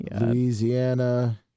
Louisiana